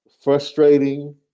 frustrating